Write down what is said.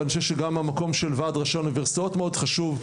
גם המקום של ועד ראשי האוניברסיטאות חשוב.